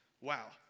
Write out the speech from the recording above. Wow